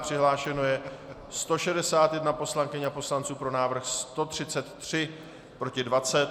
Přihlášeno je 161 poslankyň a poslanců, pro návrh 133, proti 20.